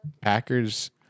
Packers